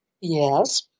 Yes